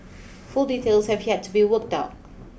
full details have yet to be worked out